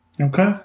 Okay